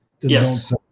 yes